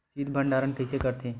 शीत भंडारण कइसे करथे?